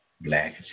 black